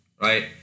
Right